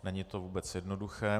Není to vůbec jednoduché.